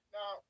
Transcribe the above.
Now